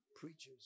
preachers